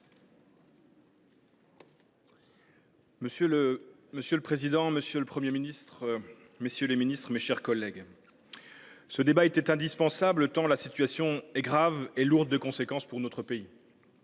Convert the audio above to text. Monsieur le président, monsieur le Premier ministre, messieurs les ministres, mes chers collègues, ce débat était indispensable, tant la situation est grave et lourde de conséquences pour notre pays.